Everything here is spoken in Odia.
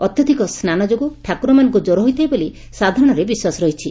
ଅତ୍ୟଧିକ ସ୍ନାନ ଯୋଗୁ ଠାକୁରମାନଙ୍କୁ କ୍ୱର ହୋଇଥାଏ ବୋଲି ସାଧାରଣରେ ବିଶ୍ୱାସ ରହିଛି